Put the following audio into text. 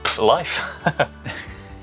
life